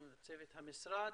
צוות המשרד.